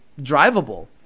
drivable